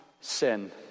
sin